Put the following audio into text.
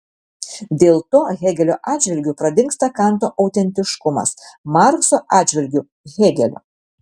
dėl to hėgelio atžvilgiu pradingsta kanto autentiškumas markso atžvilgiu hėgelio